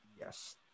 Yes